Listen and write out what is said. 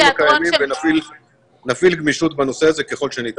הקיימים ונפעיל גמישות בנושא הזה ככל שניתן.